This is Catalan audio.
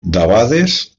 debades